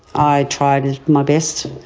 i tried my best,